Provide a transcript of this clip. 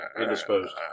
indisposed